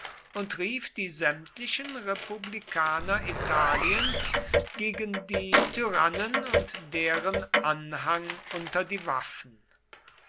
und rief die sämtlichen republikaner italiens gegen die tyrannen und deren anhang unter die waffen